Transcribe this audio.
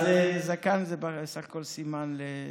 אז זקן זה בסך הכול סימן לברכה.